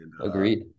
agreed